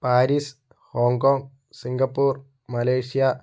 Paris Hong Kong Singapore Malaysia